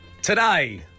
Today